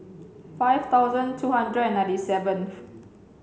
five thousand two hundred and ninety seventh